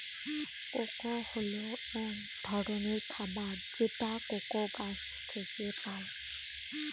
cocoa হল এক ধরনের খাবার যেটা কোকো গাছ থেকে পায়